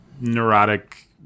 neurotic